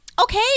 Okay